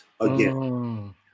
again